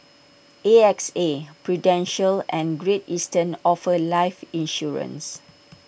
A X A prudential and great eastern offer life insurance